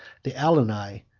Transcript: the alani,